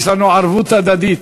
יש לנו ערבות הדדית.